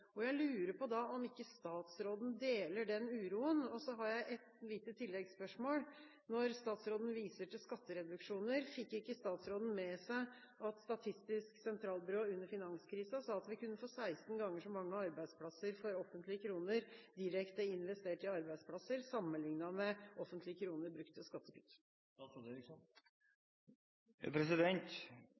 Jeg lurer på om ikke statsråden deler den uroen? Jeg har et lite tilleggsspørsmål. Statsråden viser til skattereduksjoner. Fikk ikke statsråden med seg at Statistisk sentralbyrå under finanskrisa sa at vi kunne få 16 ganger så mange arbeidsplasser for offentlige kroner direkte investert i arbeidsplasser sammenlignet med offentlige kroner brukt til